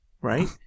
right